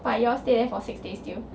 but you all stay there for six days still